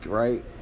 right